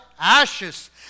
ashes